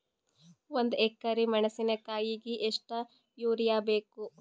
ಒಂದ್ ಎಕರಿ ಮೆಣಸಿಕಾಯಿಗಿ ಎಷ್ಟ ಯೂರಿಯಬೇಕು?